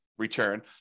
return